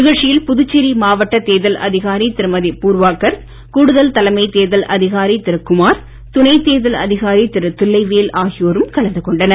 நிகழ்ச்சியில் புதுச்சேரி மாவட்ட தேர்தல் அதிகாரி திருமதி பூர்வா கர்க் கூடுதல் தலைமை தேர்தல் அதிகாரி திரு குமார் துணை தேர்தல் அதிகாரி திரு தில்லைவேல் ஆகியோரும் கலந்துகொண்டனர்